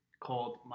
called